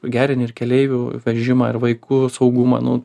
gerini ir keleivių vežimą ir vaikų saugumą nu